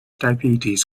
diabetes